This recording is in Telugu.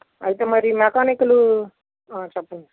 అయితే మరి మెకానిక్లు ఆ చెప్పండి